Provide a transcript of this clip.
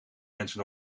mensen